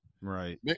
Right